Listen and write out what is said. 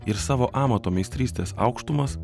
ir savo amato meistrystės aukštumas